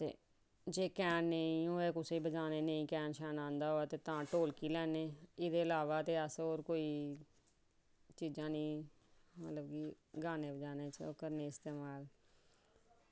जे कैन नेईं होऐ ते कैन कुसै गी नेईं बजाना आवै ते तां ढोलकी लैने ते एह्दे अलावा ते अस कोई चीजां गाने बजाने लेई इस्तेमाल